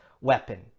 weapon